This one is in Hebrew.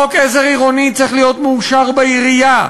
חוק עזר עירוני צריך להיות מאושר בעירייה.